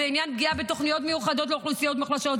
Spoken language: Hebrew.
ובעניין הפגיעה בתוכניות מיוחדות לאוכלוסיות מוחלשות,